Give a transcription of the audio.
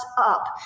up